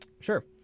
Sure